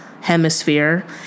Hemisphere